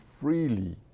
freely